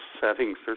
settings